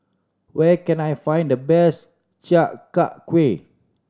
where can I find the best Chi Kak Kuih